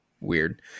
weird